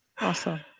awesome